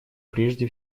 прежде